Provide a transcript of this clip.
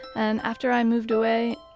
and after i moved away,